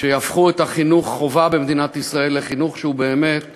שיהפכו את חינוך החובה במדינת ישראל לחינוך שהוא באמת חינם.